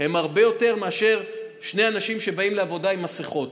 היא הרבה יותר מאשר שני אנשים שבאים לעבודה עם מסכות,